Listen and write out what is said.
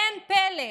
אין פלא,